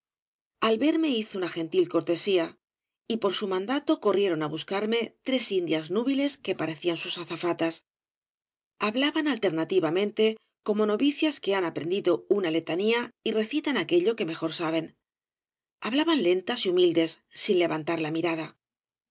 al verme hizo una gentil cortesía y por su mandato corrieron á buscarme tres indias nubiles que parecían sus azafatas hablaban alternativamente como novicias que han aprendido una letanía y recitan aquello que mejor saben hablaban lentas y humildes sin levantar la mirada